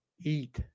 eat